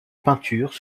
peintures